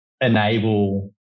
enable